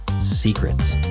secrets